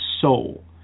soul